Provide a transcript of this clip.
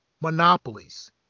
monopolies